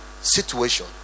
situation